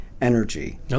energy